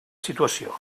situació